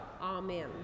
Amen